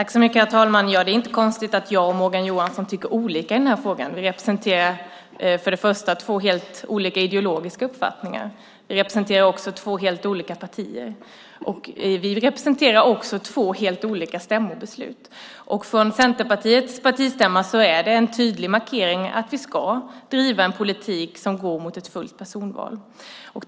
Herr talman! Det är inte konstigt att jag och Morgan Johansson tycker olika i frågan. Vi representerar två helt olika ideologiska uppfattningar. Vi representerar också två helt olika partier och två helt olika stämmobeslut. Från Centerpartiets partistämma finns det en tydlig markering: Vi ska driva en politik i riktning mot personval fullt ut.